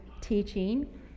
teaching